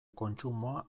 kontsumoa